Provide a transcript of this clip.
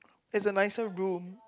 it's a nicer room